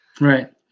right